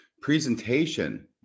presentation